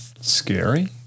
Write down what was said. Scary